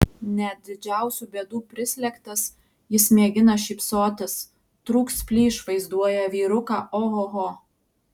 net didžiausių bėdų prislėgtas jis mėgina šypsotis trūks plyš vaizduoja vyruką ohoho